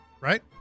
Right